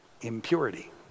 impurity